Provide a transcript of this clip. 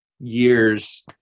years